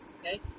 okay